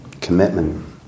Commitment